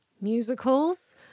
musicals